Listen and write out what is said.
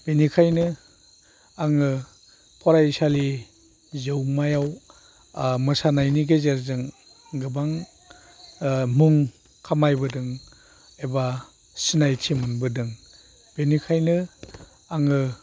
बेनिखायनो आङो फरायसालि जौमायाव मोसानायनि गेजेरजों गोबां मुं खामायबोदों एबा सिनायथि मोनबोदों बेनिखायनो आङो